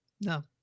No